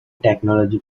technology